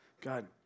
God